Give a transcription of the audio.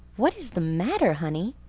what is the matter, honey?